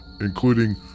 including